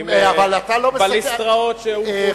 עם בליסטראות שהוטחו בממשלה.